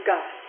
God